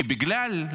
כי בגלל,